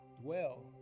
dwell